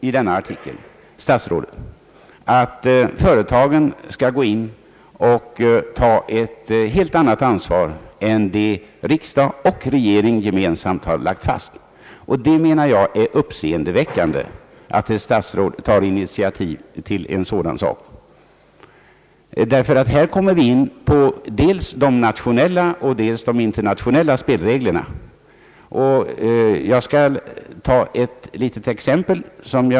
I denna artikel kräver statsrådet alltså att företagen skall gå in och ta ett helt annat ansvar än det riksdag och regering gemensamt har lagt fast. Jag menar att det är uppseendeväckande att ett statsråd tar initiativ till en sådan sak, ty här kommer vi in på både de nationella och de internationella spelreglerna.